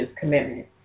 commitment